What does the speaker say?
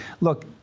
Look